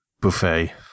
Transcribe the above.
buffet